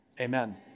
Amen